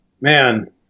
man